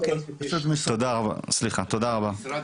קודם כל משרד